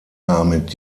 damit